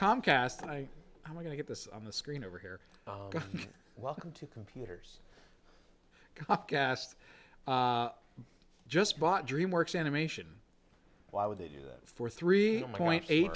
comcast and i i'm going to get this on the screen over here welcome to computers asked just bought dream works animation why would they do that for three point eight